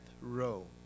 row